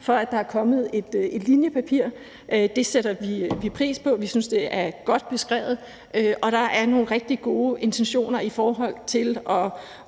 for, at der er kommet et papir om det. Det sætter vi pris på, og vi synes, det er godt beskrevet, og at der er nogle rigtig gode intentioner i forhold til at